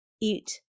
eat